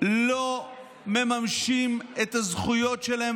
לא מממשים את הזכויות שלהם,